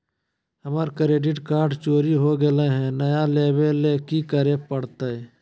हमर debit card चोरी हो गेले हई, नया लेवे ल की करे पड़तई?